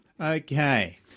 Okay